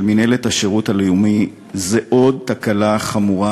מינהלת השירות הלאומי הוא עוד תקלה חמורה.